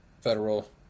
federal